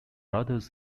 others